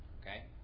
Okay